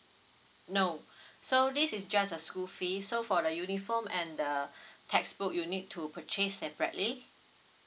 no so this is just a school fee so for the uniform and the textbook you need to purchase separately